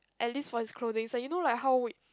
at least for his clothings you know like how